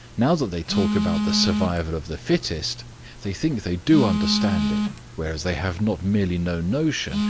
now that they talk about the survival of the fittest they think they do understand it, whereas they have not merely no notion,